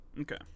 okay